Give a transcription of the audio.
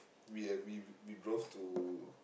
we ha~ we we drove to